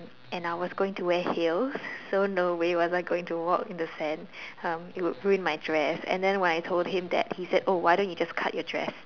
and I was going to wear heels so no way was I am going walk in the sand um it would ruin my dress and then when I told him that he said oh why don't you just cut your dress